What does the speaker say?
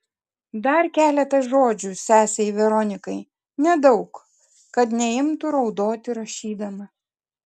dar keletą žodžių sesei veronikai nedaug kad neimtų raudoti rašydama